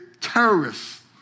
terrorists